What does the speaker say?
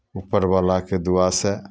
ऊपरवलाके दुआसँ